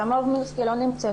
תמר מירסקי לא נמצאת,